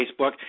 Facebook